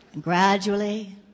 Gradually